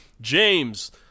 James